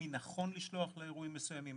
מי נכון לשלוח לאירועים מסוימים,